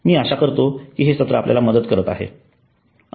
मी आशा करतो कि हे सत्र मदत करत आहे